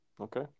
Okay